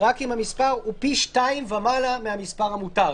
רק אם המספר הוא פי שניים ומעלה מהמספר המותר.